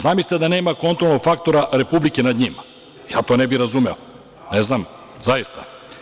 Zamislite da nema kontrolnog faktora Republike nad njima, ja to ne bih razumeo, ne znam, zaista.